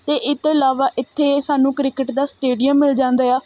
ਅਤੇ ਇਹ ਤੋਂ ਇਲਾਵਾ ਇੱਥੇ ਸਾਨੂੰ ਕ੍ਰਿਕਟ ਦਾ ਸਟੇਡੀਅਮ ਮਿਲ ਜਾਂਦਾ ਇਆ